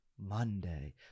Monday